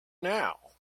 now